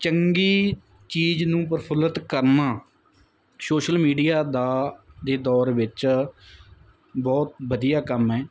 ਚੰਗੀ ਚੀਜ਼ ਨੂੰ ਪ੍ਰਫੁੱਲਿਤ ਕਰਨਾ ਸੋਸ਼ਲ ਮੀਡੀਆ ਦਾ ਦੇ ਦੌਰ ਵਿੱਚ ਬਹੁਤ ਵਧੀਆ ਕੰਮ ਹੈ